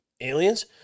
aliens